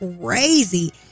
crazy